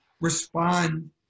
respond